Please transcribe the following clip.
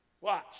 watch